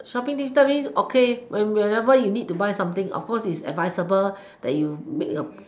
shopping tips that means okay when whenever you need to buy something of course it's advisable that you make a